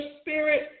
spirit